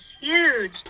huge